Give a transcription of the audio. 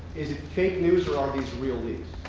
is it fake news or are these real leaks?